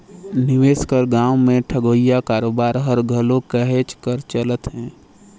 निवेस कर नांव में ठगोइया कारोबार हर घलो कहेच कर चलत हे